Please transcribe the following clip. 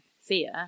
fear